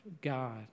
God